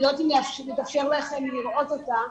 אני לא יודעת אם מתאפשר לכם לראות אותה,